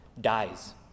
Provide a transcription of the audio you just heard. dies